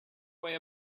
way